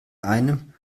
einem